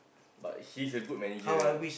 but he's a good manager